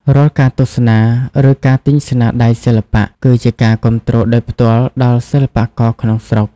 រាល់ការទស្សនា ឬការទិញស្នាដៃសិល្បៈ គឺជាការគាំទ្រដោយផ្ទាល់ដល់សិល្បករក្នុងស្រុក។